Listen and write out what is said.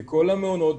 לכל המעונות,